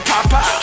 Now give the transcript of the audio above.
Papa